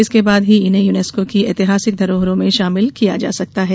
इसके बाद ही इन्हें यूनेस्को की ऐतिहासिक धरोहरों में शामिल किया जा सकता है